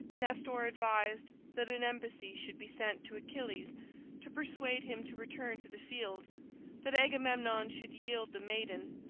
nestor advised that an embassy should be sent to achilles to persuade him to return to the field that agamemnon should yield the maiden,